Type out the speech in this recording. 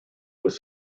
was